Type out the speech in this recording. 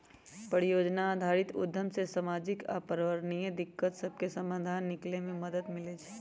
परिजोजना आधारित उद्यम से सामाजिक आऽ पर्यावरणीय दिक्कत सभके समाधान निकले में मदद मिलइ छइ